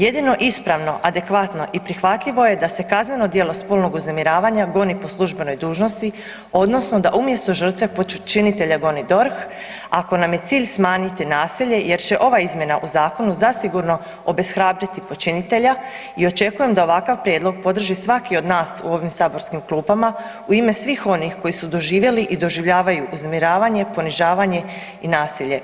Jedino ispravno, adekvatno i prihvatljivo je da se kazneno djelo spolnog uznemiravanja goni po službenoj dužnosti odnosno da umjesto žrtve, počinitelja goni DORH, ako nam je cilj smanjiti nasilje jer će ovaj izmjena u zakonu zasigurno obeshrabriti počinitelja i očekujem da ovakav prijedlog podrži svaki od nas u ovim saborskim klupama u ime svih onih koji su doživjeli i doživljavaju uznemiravanje, ponižavanje i nasilje.